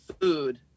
food